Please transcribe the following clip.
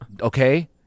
Okay